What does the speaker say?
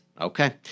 Okay